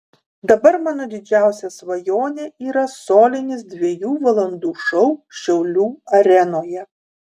dabar mano didžiausia svajonė yra solinis dviejų valandų šou šiaulių arenoje